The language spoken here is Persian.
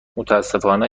متاسفانه